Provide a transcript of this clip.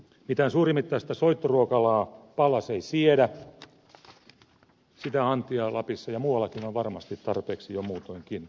mitään suurimittaista soittoruokalaa pallas ei siedä sitä antia lapissa ja muuallakin on varmasti tarpeeksi jo muutoinkin